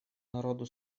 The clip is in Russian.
народу